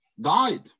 died